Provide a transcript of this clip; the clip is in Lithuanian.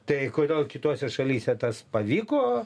tai kodėl kitose šalyse tas pavyko